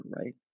right